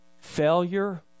failure